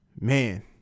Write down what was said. man